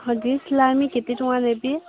ହଁ କେତେ ଟଙ୍କା ନେବି